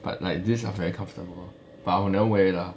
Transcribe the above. but like this are very comfortable but I'll never wear it lah